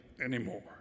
Anymore